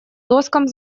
доскам